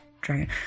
dragon